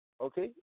Okay